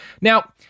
Now